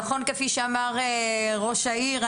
נכון כפי שאמר ראש העיר,